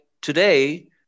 today